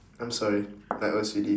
I'm sorry like O_C_D